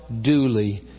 duly